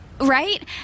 Right